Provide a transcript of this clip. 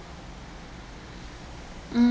mm